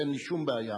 אין לי שום בעיה,